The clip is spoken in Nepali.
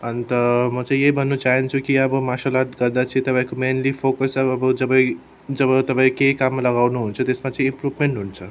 अन्त म चाहिँ यही भन्नु चाहन्छु कि अब मार्सल आर्ट गर्दा चाहिँ तपाईँको मेनली फोकस अब जबै जब तपाईँ केही काममा लगाउनु हुन्छ त्यसमा चाहिँ इम्प्रुभमेन्ट हुन्छ